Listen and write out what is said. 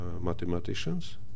mathematicians